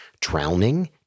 drowning